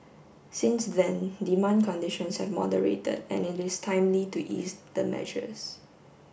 since then demand conditions have moderated and it is timely to ease the measures